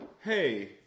Hey